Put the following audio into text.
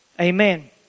Amen